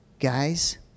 Guys